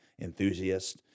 enthusiasts